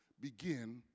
begin